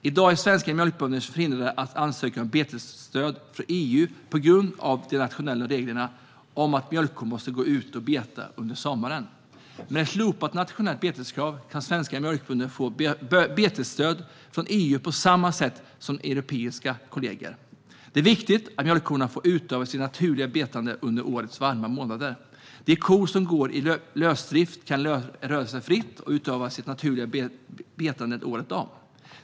I dag är svenska mjölkbönder förhindrade att ansöka om betesstöd från EU på grund av de nationella reglerna om att mjölkkor måste gå ute och beta under sommaren. Med ett slopat nationellt beteskrav kan svenska mjölkbönder få betesstöd från EU på samma sätt som europeiska kollegor. Det är viktigt att mjölkkorna får utöva sitt naturliga betande under årets varma månader. De kor som går i lösdrift kan röra sig fritt och utöva sitt naturliga betande året om.